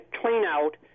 clean-out